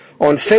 on